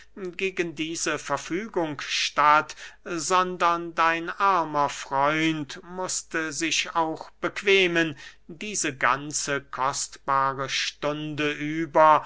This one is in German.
gegen diese verfügung statt sondern dein armer freund mußte sich auch bequemen diese ganze kostbare stunde über